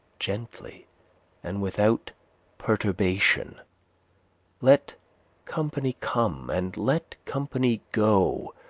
gently and without perturbation let company come and let company go,